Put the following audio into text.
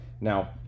Now